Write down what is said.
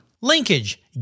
Linkage